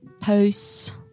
posts